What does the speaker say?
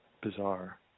Bizarre